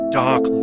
dark